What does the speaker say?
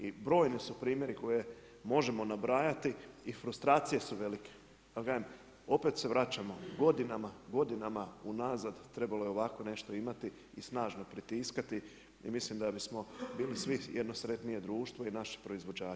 I brojni su primjeri, koje možemo nabrajati i frustracije su velike, pa kažem, opet se vraćamo godinama, godinama, unazad, trebalo je ovako nešto imati i snažno pritiskati i mislim da bismo bili svi jedno sretnije društvo i naši proizvođači sami.